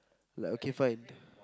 like okay fine